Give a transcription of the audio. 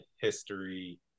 history